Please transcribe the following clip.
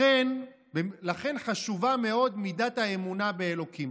לכן חשובה מאוד מידת האמונה באלוקים.